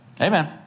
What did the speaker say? Amen